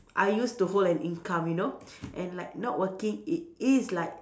I used to hold an income you know and like not working it is like